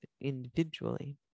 individually